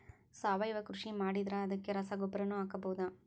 ಸಾವಯವ ಕೃಷಿ ಮಾಡದ್ರ ಅದಕ್ಕೆ ರಸಗೊಬ್ಬರನು ಹಾಕಬಹುದಾ?